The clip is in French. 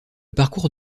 parcours